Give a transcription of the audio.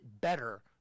better